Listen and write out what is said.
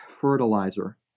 fertilizer